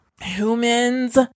Humans